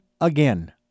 again